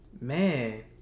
man